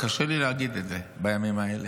קשה לי להגיד את זה בימים האלה.